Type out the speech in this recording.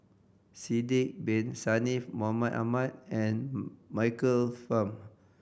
Sidek Bin Saniff Mahmud Ahmad and Michael Fam